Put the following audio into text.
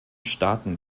starten